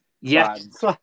Yes